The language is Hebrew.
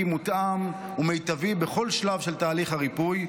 מותאם ומיטבי בכל שלב של תהליך הריפוי,